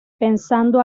pensando